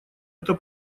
это